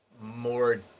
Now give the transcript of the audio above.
more